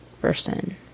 person